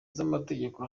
z’amategeko